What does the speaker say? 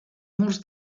murs